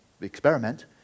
experiment